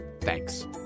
Thanks